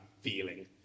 feeling